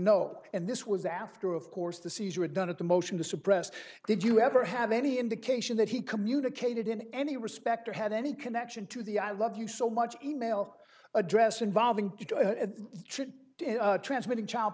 no and this was after of course the seizure were done at a motion to suppress did you ever have any indication that he communicated in any respect or had any connection to the i love you so much e mail address involving transmitting child